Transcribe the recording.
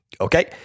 okay